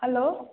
hello